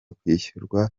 kwishyurwa